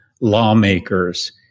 lawmakers